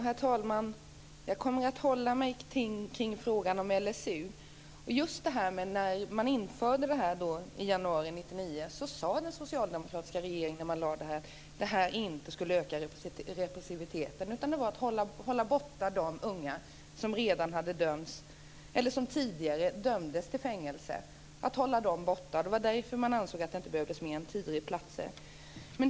Herr talman! Jag kommer att hålla mig till frågan om LSU. När man införde lagen i januari 1999 sade den socialdemokratiska regeringen att lagen inte skulle öka repressiviteten. I stället skulle det hålla borta de unga som redan hade dömts eller som tidigare dömdes till fängelse. De skulle hållas borta. Därför ansåg man att det inte behövdes mer än tio platser.